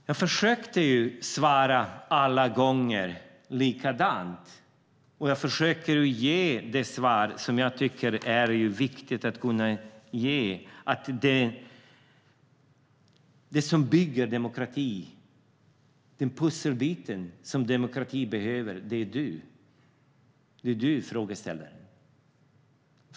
Jag har alla gånger försökt att svara likadant och ge det svar som jag tycker är viktigt att kunna ge: att det som bygger demokrati, den pusselbit som demokrati behöver, är du, frågeställaren.